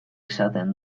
izaten